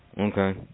Okay